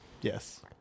Yes